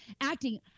acting